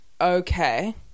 okay